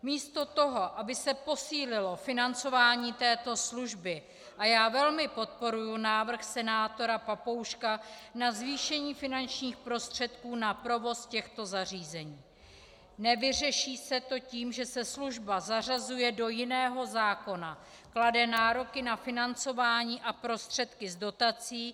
Místo toho, aby se posílilo financování této služby, a já velmi podporuji návrh senátora Papouška na zvýšení finančních prostředků na provoz těchto zařízení, nevyřeší se to tím, že se služba zařazuje do jiného zákona, klade nároky na financování a prostředky z dotací.